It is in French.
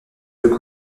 peu